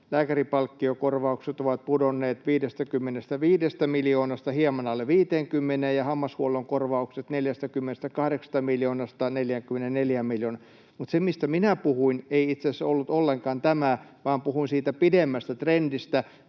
lääkäripalkkiokorvaukset ovat pudonneet 55 miljoonasta hieman alle 50:een ja hammashuollon korvaukset 48 miljoonasta 44 miljoonaan. Mutta se, mistä minä puhuin, ei itse asiassa ollut ollenkaan tämä, vaan puhuin siitä pidemmästä trendistä